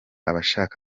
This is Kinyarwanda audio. abashaka